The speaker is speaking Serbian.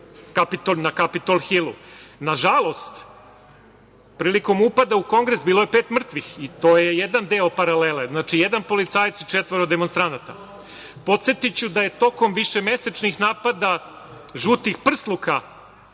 Nažalost, prilikom upada u Kongres bilo je pet mrtvih, to je jedan deo paralele, jedan policajac i četvoro demonstranata. Podsetiću da je tokom višemesečnih napada „žutih prsluka“